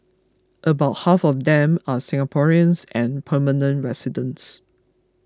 about half of them are Singaporeans and permanent residents